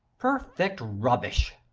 perfect rubbish!